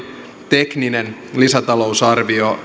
tekninen lisätalousarvio